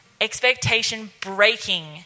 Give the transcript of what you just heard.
expectation-breaking